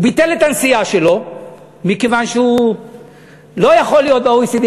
הוא ביטל את הנסיעה שלו מכיוון שהוא לא יכול להיות ב-OECD,